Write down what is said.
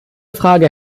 frage